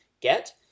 get